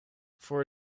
for